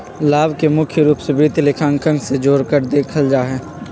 लाभ के मुख्य रूप से वित्तीय लेखांकन से जोडकर देखल जा हई